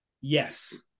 Yes